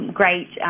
great